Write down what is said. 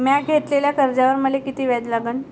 म्या घेतलेल्या कर्जावर मले किती व्याज लागन?